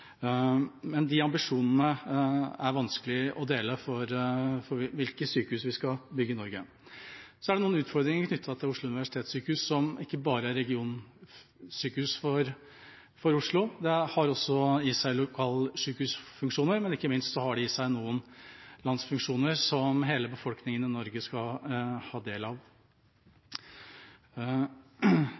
men det er vanskelig å dele ambisjonene om hvilke sykehus vi skal bygge i Norge. Det er noen utfordringer knyttet til Oslo universitetssykehus, som ikke bare er regionsykehus for Oslo. Det har også i seg lokalsykehusfunksjoner, men ikke minst har det i seg noen landsfunksjoner som hele befolkningen i Norge skal ha en del av.